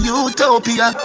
utopia